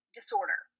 disorder